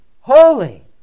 holy